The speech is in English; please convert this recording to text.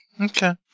Okay